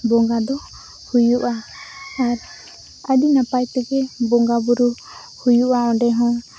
ᱵᱚᱸᱜᱟᱫᱚ ᱦᱩᱭᱩᱜᱼᱟ ᱟᱨ ᱟᱹᱰᱤ ᱱᱟᱯᱟᱭᱛᱮᱜᱮ ᱵᱚᱸᱜᱟ ᱵᱩᱨᱩ ᱦᱩᱭᱩᱜᱼᱟ ᱚᱸᱰᱮᱦᱚᱸ